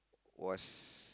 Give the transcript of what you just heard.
was